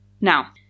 Now